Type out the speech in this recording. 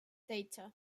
data